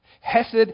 Hesed